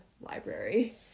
library